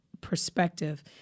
perspective